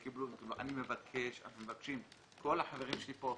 אני מבקש וכל החברים שלי פה,